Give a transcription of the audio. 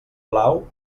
blau